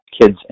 kids